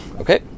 Okay